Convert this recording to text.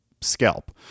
scalp